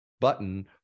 button